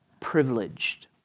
privileged